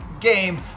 game